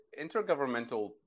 intergovernmental